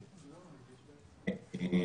לצדו.